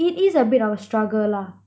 it is a bit of a struggle lah